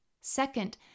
Second